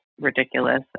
ridiculous